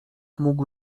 mógł